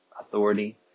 authority